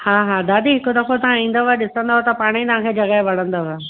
हा हा दादी हिकु दफ़ो था ईंदव ॾिसदंव त पाणे तव्हां खे जॻहि वणंदव